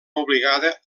obligada